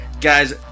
Guys